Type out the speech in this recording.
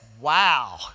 Wow